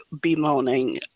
bemoaning